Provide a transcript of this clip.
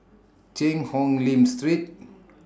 Cheang Hong Lim Street